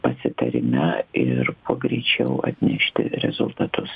pasitarime ir kuo greičiau atnešti rezultatus